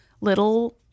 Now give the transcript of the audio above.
little